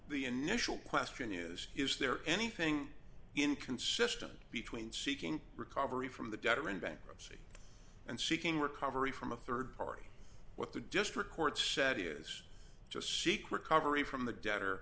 the initial question is is there anything inconsistent between seeking recovery from the debtor in bankruptcy and seeking recovery from a rd party what the district court said is just seek recovery from the debt or